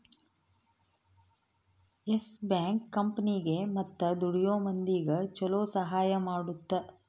S Bank ಕಂಪನಿಗೇ ಮತ್ತ ದುಡಿಯೋ ಮಂದಿಗ ಚೊಲೊ ಸಹಾಯ ಮಾಡುತ್ತ